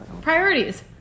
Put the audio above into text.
priorities